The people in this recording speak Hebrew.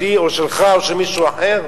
שלי או שלך או של מישהו אחר?